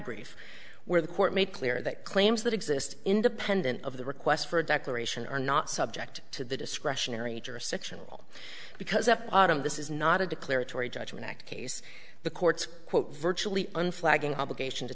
brief where the court made clear that claims that exist independent of the request for a declaration are not subject to the discretionary jurisdictional because a lot of this is not a declaratory judgment act case the courts quote virtually unflagging obligation to